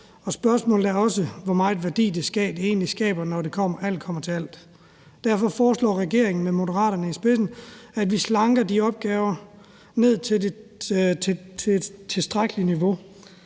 Spørgsmålet er også, hvor meget værdi det egentlig skaber, når alt kommer til alt. Derfor foreslår regeringen med Moderaterne i spidsen, at vi slanker de opgaver ned til et tilstrækkeligt niveau.